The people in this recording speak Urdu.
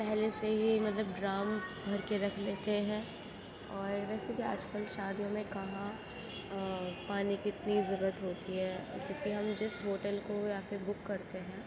پہلے سے ہی مطلب ڈرام بھر کے رکھ لیتے ہیں اور ویسے بھی آج کل شادیوں میں کہاں پانی کی اتنی ضرورت ہوتی ہے کیونکہ ہم جس ہوٹل کو یا پھر بک کرتے ہیں